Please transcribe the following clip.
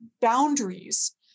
boundaries